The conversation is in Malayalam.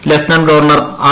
lieutenant governor R